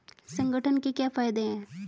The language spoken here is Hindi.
संगठन के क्या फायदें हैं?